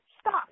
Stop